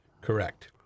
Correct